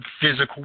physical